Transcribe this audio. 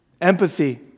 Empathy